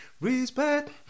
respect